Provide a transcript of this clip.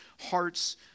hearts